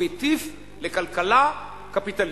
הוא הטיף לכלכלה קפיטליסטית,